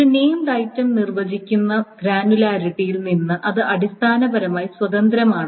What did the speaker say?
ഒരു named item നിർവചിച്ചിരിക്കുന്ന ഗ്രാനുലാരിറ്റിയിൽ നിന്ന് ഇത് അടിസ്ഥാനപരമായി സ്വതന്ത്രമാണ്